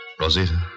Rosita